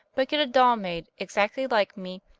but get a doll made, exactly like me,